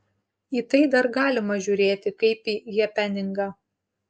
į tai dar galima žiūrėti kaip į hepeningą